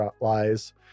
lies